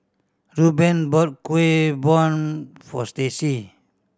Reuben bought Kuih Bom for Stacy